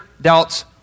doubts